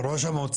אדוני ראש המועצה,